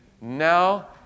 now